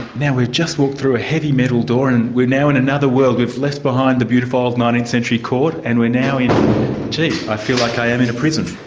now we've just walked through a heavy metal door and we're now in another world. we've left behind the beautiful old nineteenth century court, and we're now in gee, i feel like i am in a prison.